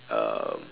um